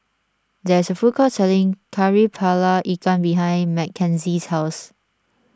there is a food court selling Kari Kepala Ikan behind Mckenzie's house